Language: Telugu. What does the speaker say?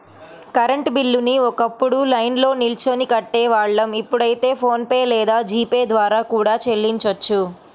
కరెంట్ బిల్లుని ఒకప్పుడు లైన్లో నిల్చొని కట్టేవాళ్ళం ఇప్పుడైతే ఫోన్ పే లేదా జీ పే ద్వారా కూడా చెల్లించొచ్చు